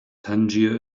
tangier